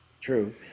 true